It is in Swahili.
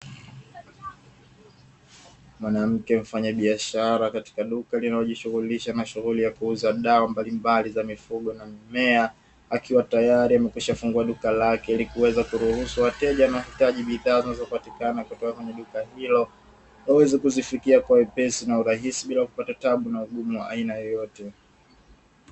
Mwanamke mfanyabiashara, katika duka linalojishughulisha na shughuli ya kuuza dawa mbalimbali za mifugo na mimea, akiwa tayari amekwisha fungua duka lake ili kuweza kuruhusu wateja wanaohitaji bidhaa zinazopatikana katika duka hilo, waweze kuzifikia kwa wepesi na urahisi bila kupata taabu na ugumu wa aina yoyote.